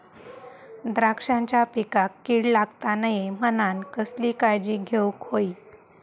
द्राक्षांच्या पिकांक कीड लागता नये म्हणान कसली काळजी घेऊक होई?